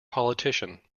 politician